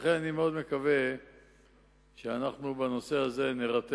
לכן אני מאוד מקווה שבנושא הזה נירתם